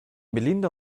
melinda